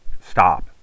stop